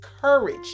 courage